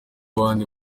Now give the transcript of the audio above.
abandi